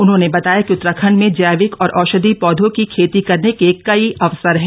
उन्होंने बताया कि उत्तराखंड में जैविक और औशधीय पौधों की खेती करने के कई अवसर हैं